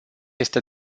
este